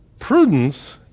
prudence